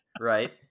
right